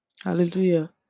Hallelujah